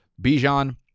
Bijan